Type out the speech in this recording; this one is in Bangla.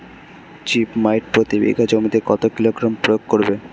জিপ মাইট প্রতি বিঘা জমিতে কত কিলোগ্রাম প্রয়োগ করব?